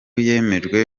yemejwe